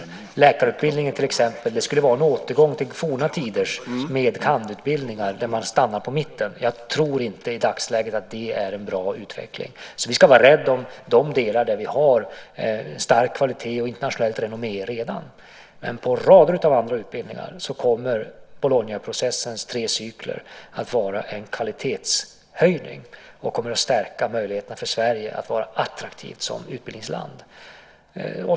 För läkarutbildning skulle det till exempel vara en återgång till forna tiders med.kand.-utbildningar, där man stannar på mitten. Jag tror inte i dagsläget att det är en bra utveckling. Vi ska vara rädda om de delar där vi redan har stark kvalitet och internationellt renommé. Men i fråga om rader av andra utbildningar kommer Bolognaprocessens tre cykler att vara en kvalitetshöjning. Det kommer att stärka möjligheten för Sverige att vara attraktivt som utbildningsland.